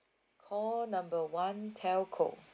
call number one telco